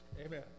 Amen